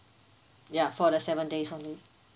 ya for the seven days only